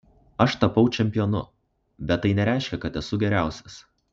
aš tapau čempionu bet tai nereiškia kad esu geriausias